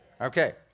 Okay